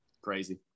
crazy